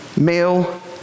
male